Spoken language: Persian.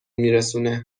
میرسونه